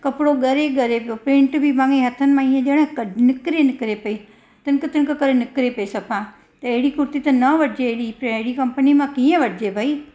कपिड़ो ॻरे ई ॻरे पियो प्रिंट बि माॻई हथनि मां हीअं ॼण क निकिरे ई निकिरे पई तिंक तिंक करे निकिरे पई सफ़ा त अहिड़ी कुर्ती त न वठिजे अहिड़ी अहिड़ी कंपनीअ मां कीअं वठिजे भाई